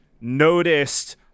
noticed